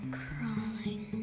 crawling